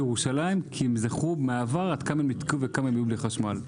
לשבת והם עלו לירושלים כי הם זכרו מהעבר מה קרה כשהם נתקעו בלי חשמל.